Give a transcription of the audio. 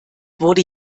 wurde